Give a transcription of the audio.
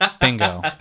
Bingo